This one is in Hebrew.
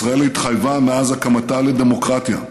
ישראל התחייבה מאז הקמתה לדמוקרטיה,